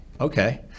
Okay